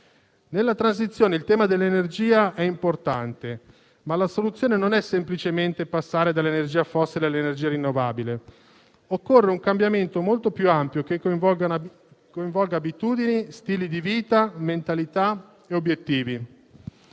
Nella transizione il tema dell'energia è importante, ma la soluzione non è semplicemente passare dall'energia fossile a quella rinnovabile; occorre un cambiamento molto più ampio che coinvolga abitudini, stili di vita, mentalità e obiettivi.